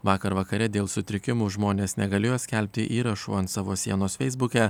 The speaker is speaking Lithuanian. vakar vakare dėl sutrikimų žmonės negalėjo skelbti įrašų ant savo sienos feisbuke